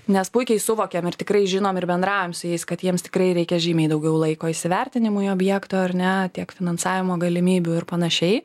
nes puikiai suvokiam ir tikrai žinom ir bendraujam su jais kad jiems tikrai reikia žymiai daugiau laiko įsivertinimui objekto ar ne tiek finansavimo galimybių ir panašiai